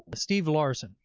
but steve larsen.